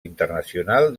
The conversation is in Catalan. internacional